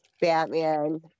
Batman